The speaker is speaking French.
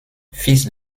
fils